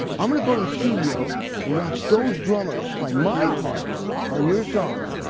i'm going to go to the studio and watch those drummers play my parts on your songs.